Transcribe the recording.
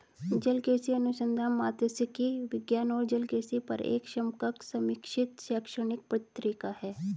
जलकृषि अनुसंधान मात्स्यिकी विज्ञान और जलकृषि पर एक समकक्ष समीक्षित शैक्षणिक पत्रिका है